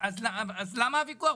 אז למה הוויכוח?